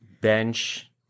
bench